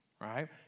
right